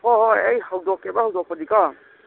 ꯍꯣ ꯍꯣ ꯑꯩ ꯍꯧꯗꯣꯛꯀꯦꯕ ꯍꯧꯗꯣꯛꯄꯗꯤ ꯀꯣ